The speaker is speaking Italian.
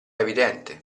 evidente